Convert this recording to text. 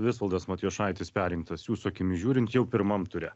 visvaldas matijošaitis perrinktas jūsų akimis žiūrint jau pirmam ture